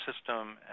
system